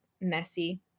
messy